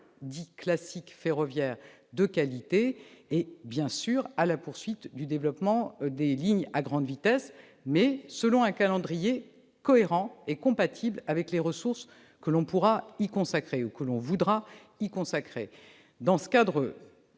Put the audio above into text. dit « classique » de qualité et, bien sûr, à la poursuite du développement des lignes à grande vitesse, mais selon un calendrier cohérent et compatible avec les ressources que l'on pourra ou que l'on voudra y consacrer. Dans ce cadre